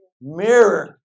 mirror